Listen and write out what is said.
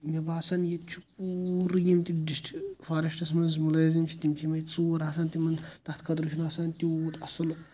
مے باسان ییٚتہِ چھُ پوٗرٕ یِم تہِ ڈِسٹِرک فارٮ۪سٹَس منٛز مُلٲزِم چھِ تِم چھِ یِمےٕ ژوٗر آسان تِمن تَتھ خٲطرٕ چھُنہ آسان تِیوٗت اصٕل